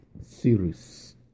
series